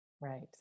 right